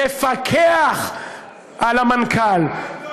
תפקח על המנכ"ל,